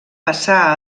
passà